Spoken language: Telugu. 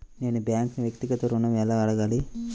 నేను బ్యాంక్ను వ్యక్తిగత ఋణం ఎలా అడగాలి?